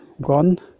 gone